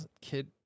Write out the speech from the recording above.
Kid